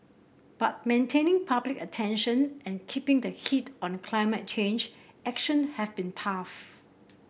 but maintaining public attention and keeping the heat on climate change action have been tough